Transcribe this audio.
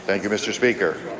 thank you, mr. speaker.